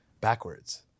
backwards